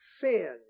sin